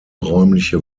räumliche